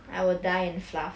I will die in fluff